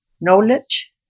knowledge